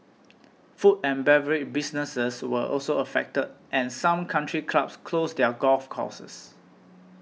food and beverage businesses were also affected and some country clubs closed their golf courses